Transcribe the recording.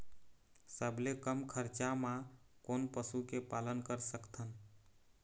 सबले कम खरचा मा कोन पशु के पालन कर सकथन?